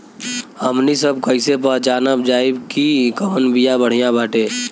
हमनी सभ कईसे पहचानब जाइब की कवन बिया बढ़ियां बाटे?